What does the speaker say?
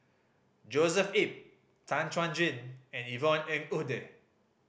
Joshua Ip Tan Chuan Jin and Yvonne Ng Uhde